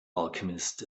alchemist